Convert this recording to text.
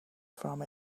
from